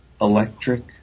Electric